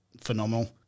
phenomenal